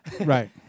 Right